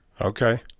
Okay